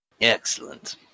Excellent